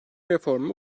reformu